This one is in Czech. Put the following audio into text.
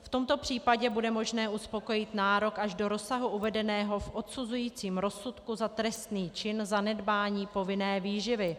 V tomto případě bude možné uspokojit nárok až do rozsahu uvedeného v odsuzujícím rozsudku za trestný čin zanedbání povinné výživy.